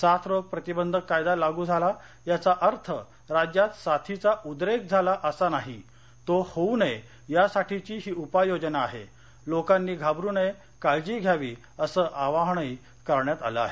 साथ रोग प्रतिबंधक कायदा लागू झाला याचा अर्थ राज्यात साथीचा उद्रेक झाला असा नाही तो होऊ नये यासाठीची ही उपाय योजना आहे लोकांनी घाबरू नये काळजी घ्यावी असं आवाहनही करण्यात आलं आहे